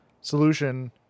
solution